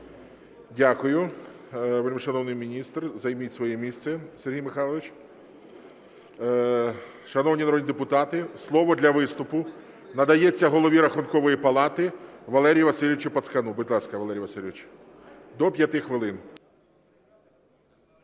Дякую, вельмишановний міністр. Займіть своє місце, Сергій Михайлович. Шановні народні депутати, слово для виступу надається голові Рахункової палати Валерію Васильовичу Пацкану. Будь ласка, Валерій Васильович, до 5 хвилин.